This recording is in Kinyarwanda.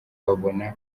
babona